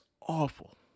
awful